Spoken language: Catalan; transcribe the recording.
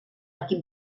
equip